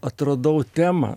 atradau temą